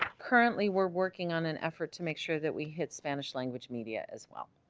currently we're working on an effort to make sure that we hit spanish-language media as well